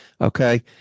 Okay